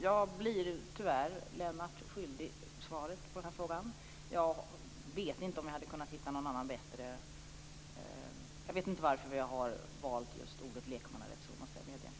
Jag blir tyvärr, Lennart, svaret skyldig på den här frågan. Jag vet inte varför vi har valt just ordet lekmannarevisor. Det måste jag medge.